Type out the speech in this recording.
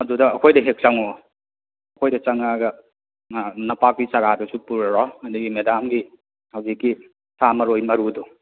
ꯑꯗꯨꯗ ꯑꯩꯈꯣꯏꯗ ꯍꯦꯛ ꯆꯪꯉꯛꯑꯣ ꯑꯩꯈꯣꯏꯗ ꯆꯪꯉꯛꯑꯒ ꯅꯄꯥꯛꯄꯤ ꯆꯥꯔꯗꯨꯁꯨ ꯄꯨꯔꯔꯣ ꯑꯗꯒꯤ ꯃꯦꯗꯥꯝꯒꯤ ꯍꯧꯖꯤꯛꯀꯤ ꯁꯥ ꯃꯔꯣꯏ ꯃꯔꯨꯗꯣ